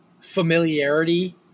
familiarity